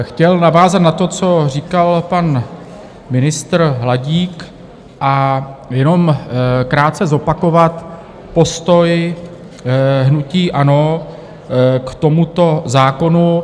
Chtěl bych navázat na to, co říkal pan ministr Hladík, a jenom krátce zopakovat postoj hnutí ANO k tomuto zákonu.